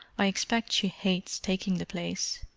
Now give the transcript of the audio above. i expect she hates taking the place.